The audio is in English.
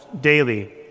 daily